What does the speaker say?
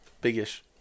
big-ish